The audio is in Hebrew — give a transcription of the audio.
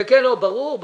ברור.